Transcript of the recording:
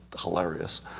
hilarious